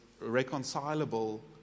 reconcilable